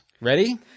Ready